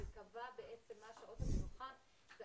וקבע בעצם מה שעות המנוחה - זה